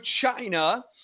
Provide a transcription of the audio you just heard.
China